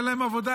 אין להם עבודה,